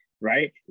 right